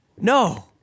No